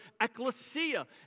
ecclesia